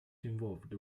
involved